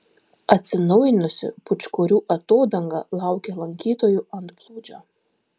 atsinaujinusi pūčkorių atodanga laukia lankytojų antplūdžio